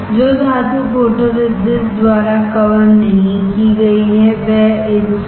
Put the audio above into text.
जो धातु फोटोरेजिस्ट द्वारा कवर नहीं की गई है वह etched है